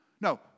No